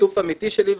שיתוף אמיתי של עיוורים,